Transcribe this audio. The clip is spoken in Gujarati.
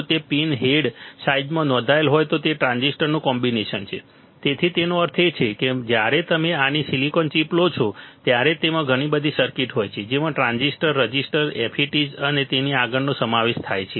જો તે પિન હેડ સાઇઝમાં નોંધાયેલ હોય તો તેમાં ટ્રાન્ઝિસ્ટરનું કોમ્બિનેશન છે તેથી તેનો અર્થ એ છે કે જ્યારે તમે નાની સિલિકોન ચિપ લો છો ત્યારે તેમાં ઘણી બધી સર્કિટ હોય છે જેમાં ટ્રાન્ઝિસ્ટર રેઝિસ્ટર FETs અને તેથી આગળનો સમાવેશ થાય છે